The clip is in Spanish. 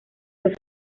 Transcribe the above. fue